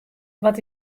wat